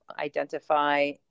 identify